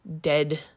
dead